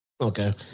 Okay